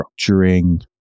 structuring